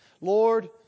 Lord